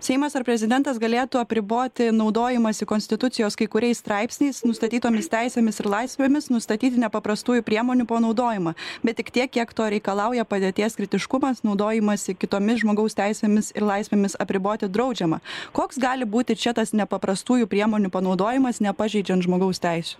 seimas ar prezidentas galėtų apriboti naudojimąsi konstitucijos kai kuriais straipsniais nustatytomis teisėmis ir laisvėmis nustatyti nepaprastųjų priemonių panaudojimą bet tik tiek kiek to reikalauja padėties kritiškumas naudojimąsi kitomis žmogaus teisėmis ir laisvėmis apriboti draudžiama koks gali būti čia tas nepaprastųjų priemonių panaudojimas nepažeidžiant žmogaus teisių